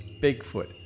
Bigfoot